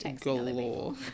galore